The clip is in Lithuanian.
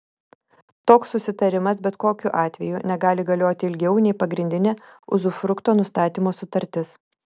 toks susitarimas bet kokiu atveju negali galioti ilgiau nei pagrindinė uzufrukto nustatymo sutartis